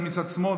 גם מצד שמאל,